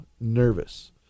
nervous